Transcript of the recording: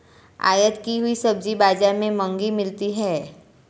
आयत की हुई सब्जी बाजार में महंगी मिलती है